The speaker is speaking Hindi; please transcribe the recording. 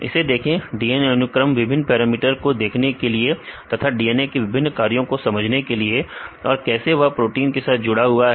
इसे देखें DNA अनुक्रम विभिन्न पैरामीटर को देखने के लिए तथा DNA के विभिन्न कार्यों को समझने के लिए और कैसे वह प्रोटीन के साथ जुड़ता है